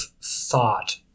thought